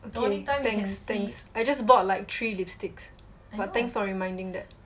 okay thanks thanks I just bought like three lipsticks but thanks for reminding that